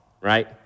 right